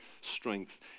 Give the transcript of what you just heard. strength